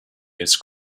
its